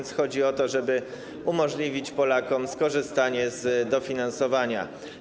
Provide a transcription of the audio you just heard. Chodzi o to, żeby umożliwić Polakom skorzystanie z dofinansowania.